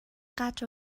قدر